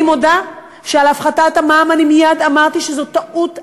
אני מודה שעל הפחתת המע"מ אני מייד אמרתי שזאת טעות ענקית.